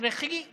הכרחי לחיים.